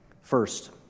First